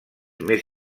més